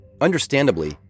Understandably